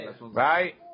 Right